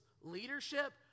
leadership